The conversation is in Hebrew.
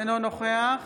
אינו נוכח